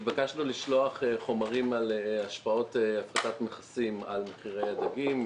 התבקשנו לשלוח חומרים על השפעות הפחתת מכסים על מחירי הדגים.